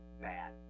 Bad